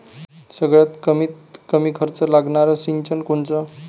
सगळ्यात कमीत कमी खर्च लागनारं सिंचन कोनचं?